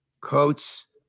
Coats